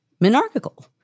monarchical